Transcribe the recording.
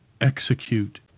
execute